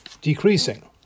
decreasing